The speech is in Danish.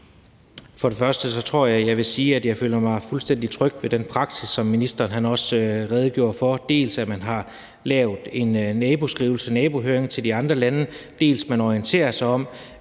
For det første tror jeg, jeg vil sige, at jeg føler mig fuldstændig tryg ved den praksis, som ministeren også redegjorde for, nemlig dels at man har lavet en nabohøring af de andre lande, dels at man orienterer sig om,